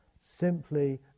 simply